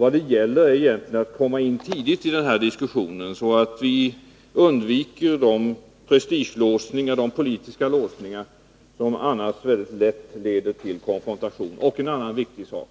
Vad det gäller är att komma in tidigt i den här diskussionen, så att vi undviker de prestigelåsningar och de politiska låsningar som annars väldigt lätt leder till konfrontation. En annan viktig sak